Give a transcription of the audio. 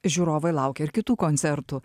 žiūrovai laukia ir kitų koncertų